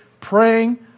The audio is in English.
praying